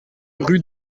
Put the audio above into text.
rue